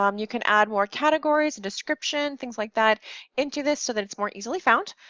um you can add more categories, a description, things like that into this, so that it's more easily found.